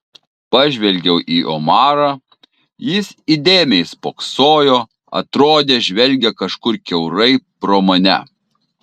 pažvelgiau į omarą jis įdėmiai spoksojo atrodė žvelgia kažkur kiaurai pro mane